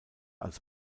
als